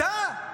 אתה?